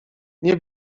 nie